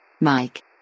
Mike